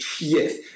yes